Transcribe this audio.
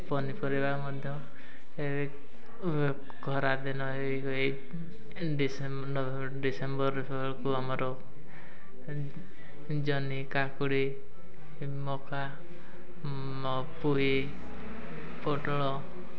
ପନିପରିବା ମଧ୍ୟ ଖରାଦିନ ଡିସେମ୍ବରକୁ ଆମର ଜହ୍ନି କାକୁଡ଼ି ମକା ପୁହି ପୋଟଳ